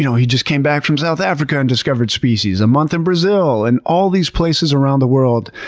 you know he just came back from south africa and discovered species, a month in brazil, and all these places around the world.